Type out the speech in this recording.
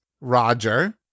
Roger